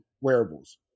wearables